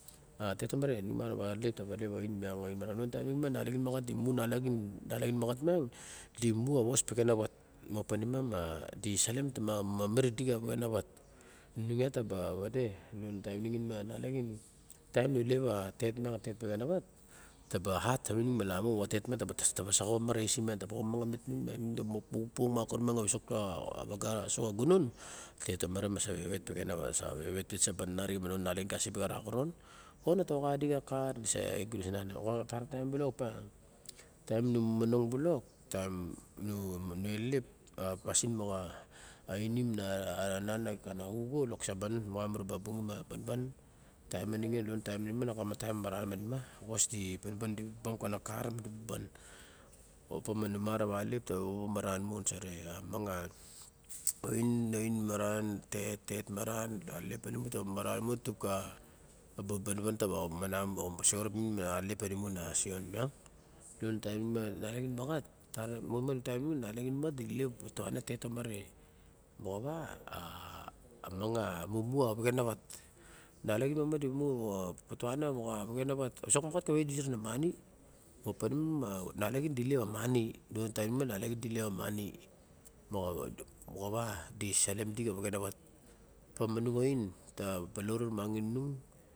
A tet tomare nu ma ra wa alelep. Ta wade ain a ain. A lion a taim nixin a na laxan di mu a was pexin na vat. Ma opa manima di salim ka vexena vat. Inung ta ba wade, lion a taim nixim a na la xin. Taim nu lep a tet miong a vexan a vat. Ta ba hat ta vining ma la mu. A tet miang inung ta ba pupung ma kuru niang a visok ka gunan. A tet tomare sa vevet pite saban a rixin ma nalaxin kasibe ka ra xoran. O na ta oxa di xa kar ne sa e gulos a nun. Mo xawa a kar ta ran bilok opa, taim numonong bilok taim nu elelep a pasin moxa a inim a nun ka na xuxo lok saban moxawa mu na ba bungim a banban taim ma nixin lion a taim ma nixim a was di banban di it long ka na kar. Opa ma nu ma ra va alelep ta bobo ma ran mon sore a miang a oin maran tet tet maran alelep tanimu ta ba omana ta ba sexarap minin a lelep panimu na sion miang. Lion a teaim manima na laxin ma di lep a patuana tet tomare moxawa, a mumu a vexan a wat. A visok maxat kawe di ra na moni opa nixim ma nalaxin di elep a moni moxawa di salim idi xa vegan a wat opa ma nixin ta balaure ra ma xin inung.